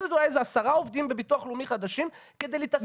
איזה 10 עובדים בביטוח לאומי חדשים כדי להתעסק.